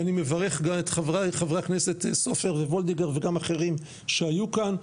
ואני מברך גם את חברי הכנסת סופר ווולדיגר וגם אחרים שהיו כאן,